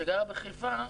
שגרה בחיפה,